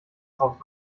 drauf